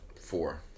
Four